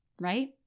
right